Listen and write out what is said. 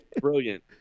Brilliant